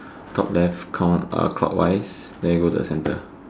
top left count uh clockwise then we go to the centre